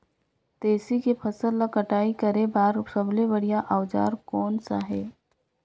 तेसी के फसल ला कटाई करे बार सबले बढ़िया औजार कोन सा हे?